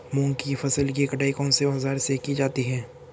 मूंग की फसल की कटाई कौनसे औज़ार से की जाती है?